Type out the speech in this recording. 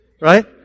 right